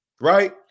right